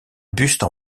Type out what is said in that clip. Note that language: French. buste